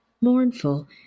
mournful